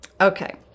Okay